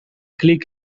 klik